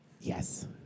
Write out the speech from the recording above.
Yes